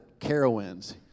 Carowinds